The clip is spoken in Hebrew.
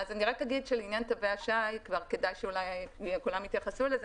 אני רק אגיד שכדאי שכולם יתייחסו לעניין תווי השי.